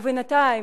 ובינתיים,